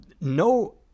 No